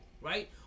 right